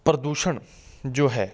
ਪ੍ਰਦੂਸ਼ਣ ਜੋ ਹੈ